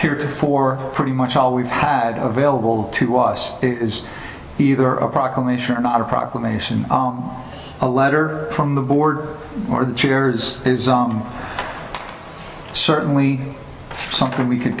here for pretty much all we've had available to us is either a proclamation or not a proclamation a letter from the board or the chairs is certainly something we can